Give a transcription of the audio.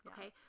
Okay